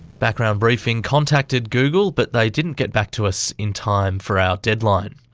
background briefing contacted google, but they didn't get back to us in time for our deadline.